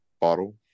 Bottle